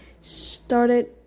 started